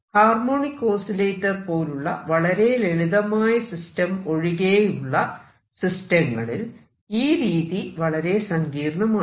harmonic oscillator പോലുള്ള വളരെ ലളിതമായ സിസ്റ്റം ഒഴികെയുള്ള സിസ്റ്റങ്ങളിൽ ഈ രീതി വളരെ സങ്കീർണ്ണമാണ്